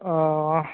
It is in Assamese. অঁ